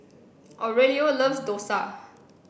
Aurelio loves Dosa